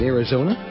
Arizona